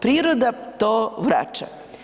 Priroda to vraća.